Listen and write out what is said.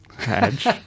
Edge